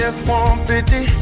F-150